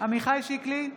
עמיחי שיקלי,